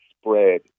spread